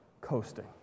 coasting